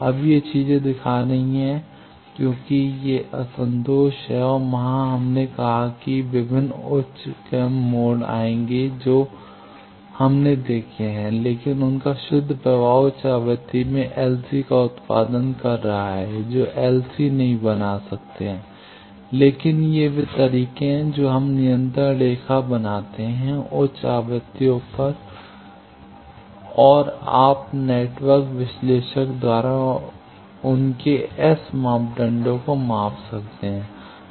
अब ये चीजें दिखा रही हैं क्योंकि ये असंतोष हैं और वहां हमने कहा कि विभिन्न उच्च क्रम मोड आएंगे जो हमने देखे हैं लेकिन उनका शुद्ध प्रभाव उच्च आवृत्ति में LC का उत्पादन कर रहा है जो LC नहीं बना सकते हैं लेकिन ये वे तरीके हैं जो हम नियंत्रण रेखा बनाते हैं उच्च आवृत्तियों पर और आप नेटवर्क विश्लेषक द्वारा उनके एस मापदंडों को माप सकते हैं